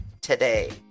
today